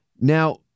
Now